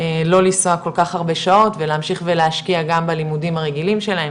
לא לנסוע כל כך הרבה שעות ולהמשיך ולהשקיע גם בלימודים הרגילים שלהם,